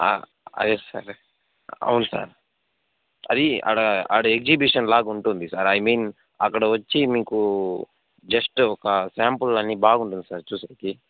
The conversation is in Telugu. అదే సార్ అవును సార్ అది అక్కడ అక్కడ ఎగ్జిబిషన్ లాగా ఉంటుంది సార్ ఐ మీన్ అక్కడ వచ్చి మీకు జస్ట్ ఒక శ్యాంపుల్ అన్ని బాగుంటుంది సార్ చూసేకి